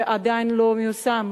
ועדיין לא יושם.